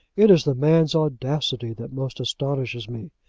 it is the man's audacity that most astonishes me.